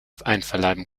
einverleiben